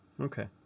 Okay